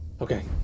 Okay